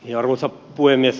arvoisa puhemies